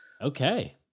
Okay